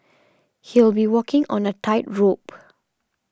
he'll be walking on a tightrope